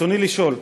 רצוני לשאול: